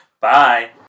Bye